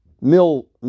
Mill